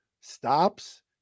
stops